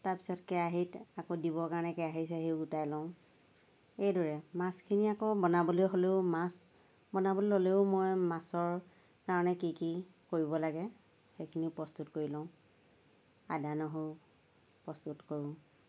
তাৰ পিছত আকৌ কেৰাহীত দিবৰ কাৰণে কেৰাহী চেৰাহী গোটাই লওঁ এইদৰে মাছখিনি আকৌ বনাবলৈ হ'লেও মাছ বনাবলৈ ল'লেও মই মাছৰ কাৰণে কি কি কৰিব লাগে সেইখিনি প্ৰস্তুত কৰি লওঁ আদা নহৰু প্ৰস্তুত কৰোঁ